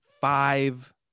five